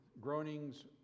groanings